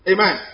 Amen